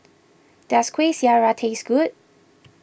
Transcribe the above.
does Kuih Syara taste good